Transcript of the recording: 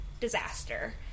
Disaster